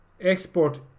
Export